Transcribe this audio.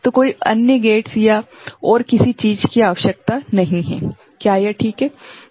तो कोई अन्य गेट्स या और किसी चीज की आवश्यकता नहीं है क्या यह ठीक है